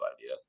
idea